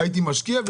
הייתי משקיע,